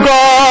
God